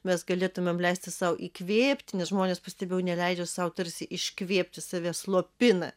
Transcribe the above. mes galėtumėm leisti sau įkvėpti nes žmonės pastebėjau neleidžiu sau tarsi iškvėpti save slopina